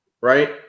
right